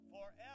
forever